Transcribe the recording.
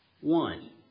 one